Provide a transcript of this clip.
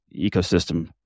ecosystem